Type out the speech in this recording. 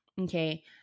okay